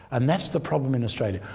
and that's the problem in australia.